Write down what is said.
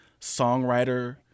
songwriter